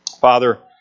Father